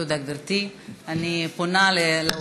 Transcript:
תודה, גברתי.